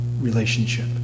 relationship